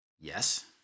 Yes